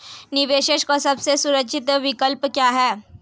निवेश का सबसे सुरक्षित विकल्प क्या है?